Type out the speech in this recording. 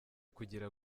kugira